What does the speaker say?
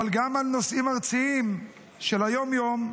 אבל גם על נושאים ארציים של היום-יום,